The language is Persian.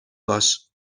باش